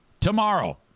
tomorrow